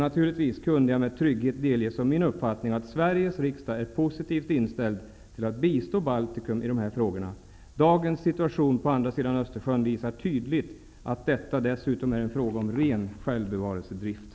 Naturligtvis kunde jag med trygghet delge som min uppfattning att Sveriges riksdag är positivt inställd till att bistå Baltikum i dessa frågor. Dagens situation på andra sidan Östersjön visar tydligt att detta dessutom är en fråga om ren självbevarelsedrift.